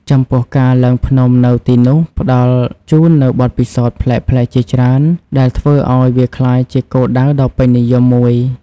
ចំពោះការឡើងភ្នំនៅទីនោះផ្តល់ជូននូវបទពិសោធន៍ប្លែកៗជាច្រើន ដែលធ្វើឱ្យវាក្លាយជាគោលដៅដ៏ពេញនិយមមួយ។